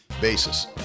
basis